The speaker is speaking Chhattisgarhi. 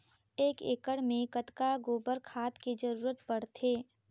एक एकड़ मे कतका गोबर खाद के जरूरत पड़थे?